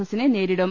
എസിനെ നേരിടും